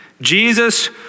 Jesus